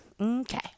okay